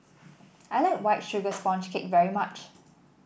I like White Sugar Sponge Cake very much